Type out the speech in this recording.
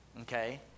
Okay